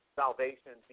salvation